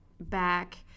back